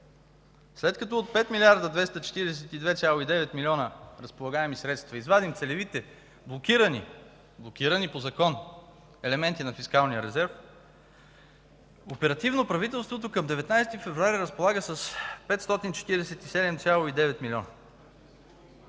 След като от 5 млрд. 242,9 млн. разполагаеми средства извадим целевите, блокирани по закон елементи на фискалния резерв, оперативно правителството към 19 февруари разполага с 547,9 милиона.